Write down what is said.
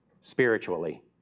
Spiritually